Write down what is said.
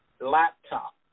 laptop